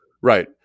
Right